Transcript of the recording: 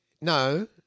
no